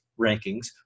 rankings